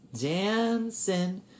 Dancing